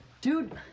Dude